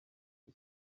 his